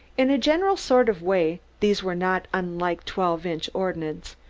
in a general sort of way these were not unlike twelve-inch ordnance,